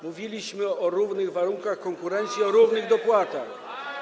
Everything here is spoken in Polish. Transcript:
Mówiliśmy o równych warunkach konkurencji i o równych dopłatach.